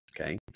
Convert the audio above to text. okay